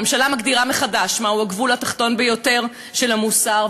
הממשלה מגדירה מחדש מהו הגבול התחתון ביותר של המוסר,